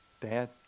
Dad